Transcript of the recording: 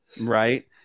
Right